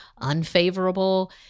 unfavorable